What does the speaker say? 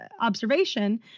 observation